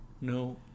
No